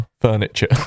furniture